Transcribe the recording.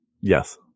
Yes